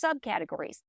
subcategories